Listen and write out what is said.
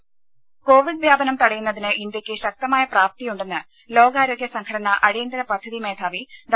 രുര കോവിഡ് വ്യാപനം തടയുന്നതിന് ഇന്ത്യയ്ക്ക് ശക്തമായ പ്രാപ്തിയുണ്ടെന്ന് ലോകാരോഗ്യ സംഘടനാ അടിയന്തര പദ്ധതി മേധാവി ഡോ